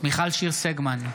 מיכל שיר סגמן,